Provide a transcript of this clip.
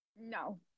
no